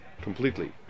completely